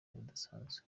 budasanzwe